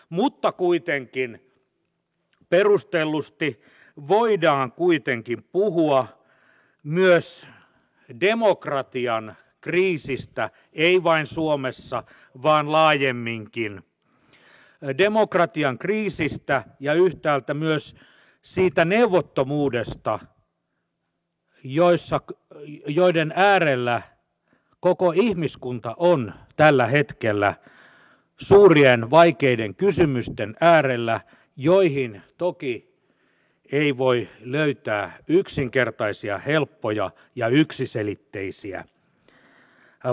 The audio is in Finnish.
mutta perustellusti voidaan kuitenkin puhua myös demokratian kriisistä ei vain suomessa vaan laajemminkin demokratian kriisistä ja yhtäältä myös siitä neuvottomuudesta jonka äärellä koko ihmiskunta on tällä hetkellä suurien vaikeiden kysymysten äärellä joihin toki ei voi löytää yksinkertaisia helppoja ja yksiselitteisiä vastauksia